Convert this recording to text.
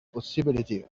possibility